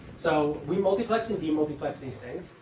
so we multiplex and demultiplex these things.